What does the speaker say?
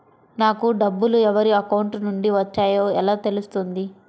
నాకు డబ్బులు ఎవరి అకౌంట్ నుండి వచ్చాయో ఎలా తెలుస్తుంది?